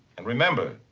and remember,